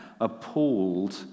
appalled